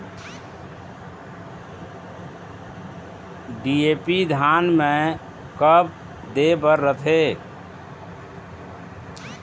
DAP धान मे कब दे बर रथे?